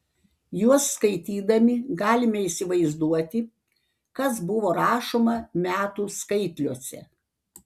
juos skaitydami galime įsivaizduoti kas buvo rašoma metų skaitliuose